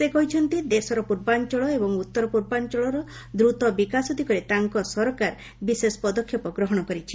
ସେ କହିଛନ୍ତି ଦେଶର ପୂର୍ବାଞ୍ଚଳ ଏବଂ ଉତ୍ତର ପୂର୍ବାଞ୍ଚଳର ଦ୍ରତ ବିକାଶ ଦିଗରେ ତାଙ୍କ ସରକାର ବିଶେଷ ପଦକ୍ଷେପ ଗ୍ରହଣ କରିଛି